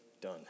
done